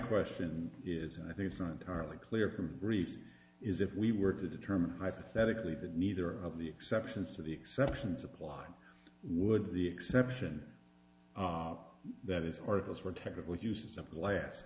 question is and i think it's not entirely clear from greaves is if we were to determine hypothetically that neither of the exceptions to the exceptions apply would the exception that is oracles were technical uses the last